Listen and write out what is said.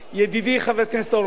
ידידי חבר הכנסת הורוביץ,